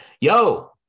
Yo